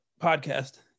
podcast